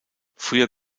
früher